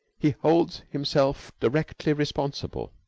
he holds himself directly responsible.